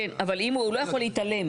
כן, אבל הוא לא יכול להתעלם.